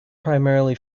primarily